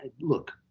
look